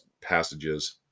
passages